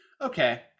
okay